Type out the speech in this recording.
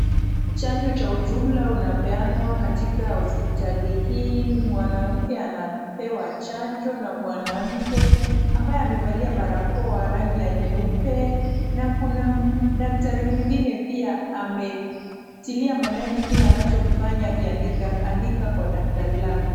Chanjo cha ujumla unapeanwa katika hospitali hii. Mwanamke anapewa chanjo na mwanamke ambaye amevalia balakoa rangi ya nyeupe na kuna daktari mwingine pia ametilia maanani kile anachokifanya akiandika andika kwa daftari lake.